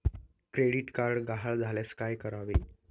Credit card गहाळ झाल्यास काय करावे?